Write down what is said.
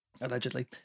allegedly